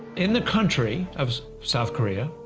in the country of south korea,